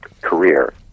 career